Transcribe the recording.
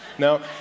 Now